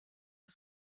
que